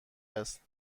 است